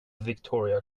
victoria